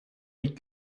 les